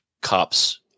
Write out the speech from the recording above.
cops